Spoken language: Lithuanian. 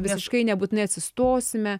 visiškai nebūtinai atsistosime